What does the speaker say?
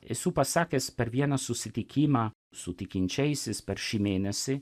esu pasakęs per vieną susitikimą su tikinčiaisiais per šį mėnesį